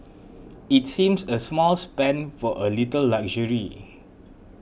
it seems a small spend for a little luxury